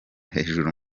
hejuru